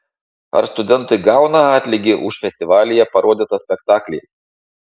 ar studentai gauna atlygį už festivalyje parodytą spektaklį